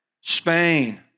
Spain